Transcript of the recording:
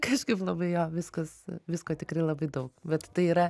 kažkaip labai jo viskas visko tikrai labai daug bet tai yra